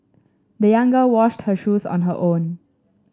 the young girl washed her shoes on her own